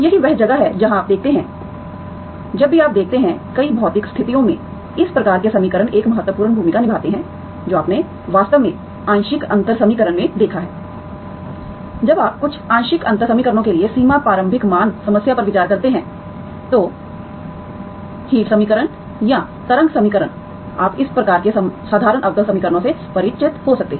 यही वह जगह है जहां आप देखते हैं जब भी आप देखते हैं कई भौतिक स्थितियों में इस प्रकार के समीकरण एक महत्वपूर्ण भूमिका निभाते हैं जो आपने वास्तव में आंशिक अंतर समीकरण में देखा है जब आप कुछ आंशिक अंतर समीकरणों के लिए सीमा प्रारंभिक मान समस्या पर विचार करते हैं तो गर्मी समीकरण या तरंग समीकरण आप इस प्रकार के साधारण अवकल समीकरणों से परिचित हो सकते हैं